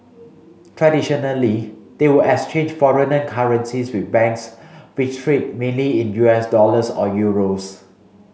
traditionally they would exchange foreign currencies with banks which trade mainly in U S dollars or euros